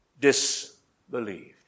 disbelieved